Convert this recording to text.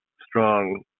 strong